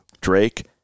Drake